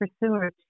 pursuer